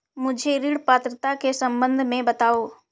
मुझे ऋण पात्रता के सम्बन्ध में बताओ?